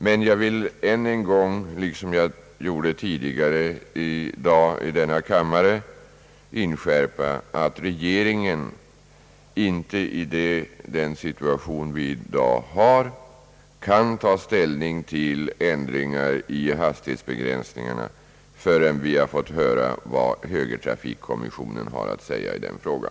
Men jag vill ännu en gång liksom jag gjort tidigare i dag i denna kammare inskärpa att regeringen inte kan ta ställning till ändringar i reglerna om hastighetsbegränsningar, förrän den har fått höra vad högertrafikkommissionen har att säga i den frågan.